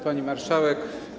Pani Marszałek!